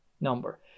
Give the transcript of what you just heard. number